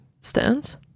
stands